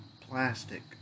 plastic